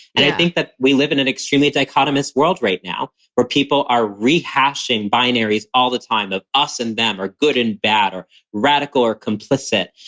and i think that we live in an extremely dichotomous world right now where people are rehashing binaries all the time. the us and them or good and bad or radical or complicit.